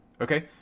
Okay